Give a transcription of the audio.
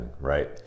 right